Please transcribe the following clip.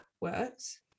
works